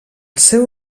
seu